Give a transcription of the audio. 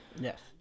Yes